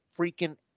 freaking